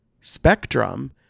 spectrum